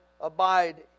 abide